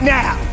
now